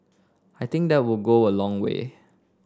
I think that will go a long way